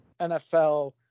NFL